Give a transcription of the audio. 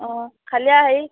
অঁ খালি আৰু হেৰি